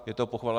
Je to pochvala.